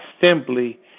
simply